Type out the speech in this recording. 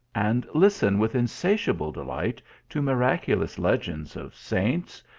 and listen with insatiable delight to miraculous legends of saints,